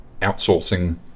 outsourcing